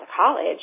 college